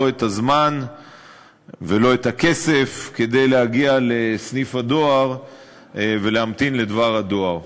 את הזמן ולא את הכסף כדי להגיע לסניף הדואר ולהמתין לדבר הדואר.